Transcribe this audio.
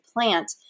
plant